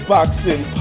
Boxing